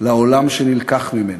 לעולם שנלקח ממנה.